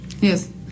Yes